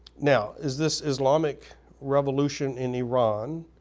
now is this islamic revolution in iran,